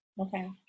okay